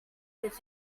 with